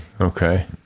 Okay